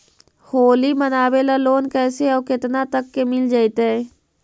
होली मनाबे ल लोन कैसे औ केतना तक के मिल जैतै?